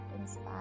inspired